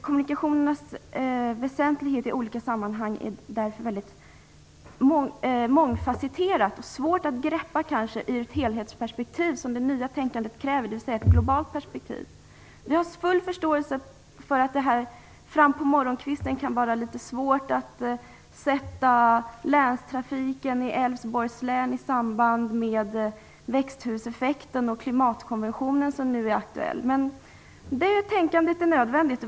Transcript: Kommunikationernas väsentlighet i olika sammanhang är mångfasetterad och kanske svår att få ett grepp om i ett helhetsperspektiv, något som det nya tänkandet kräver - dvs. ett globalt perspektiv. Jag har full förståelse för att det så här på morgonkvisten kan vara litet svårt att sätta t.ex. länstrafiken i Älvsborgs län i samband med växthuseffekten och den klimatkonvention som nu är aktuell. Men det tänkandet är nödvändigt.